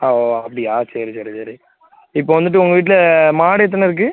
ஆ ஓ ஓ அப்படியா சரி சரி சரி இப்போ வந்துட்டு உங்கள் வீட்டில மாடு எத்தனை இருக்குது